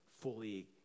fully